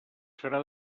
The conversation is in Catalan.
serà